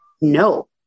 no